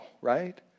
right